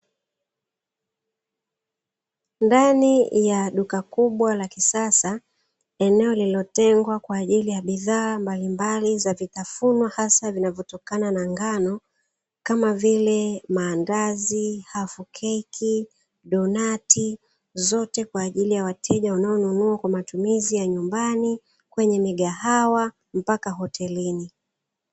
Ndani ya duka kubwa la kisasa eneo lililotengwa kwa ajili ya bidhaa mbalimbali za vitafunwa hasa vinavyotokana na ngano kama vile maandazi, hafkeki, donati zote kwa ajili ya wateja unaonunua kwa matumizi ya nyumbani kwenye migahawa mpaka hotelini.